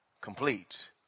complete